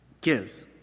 gives